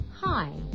hi